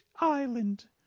island